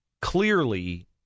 clearly